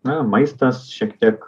na maistas šiek tiek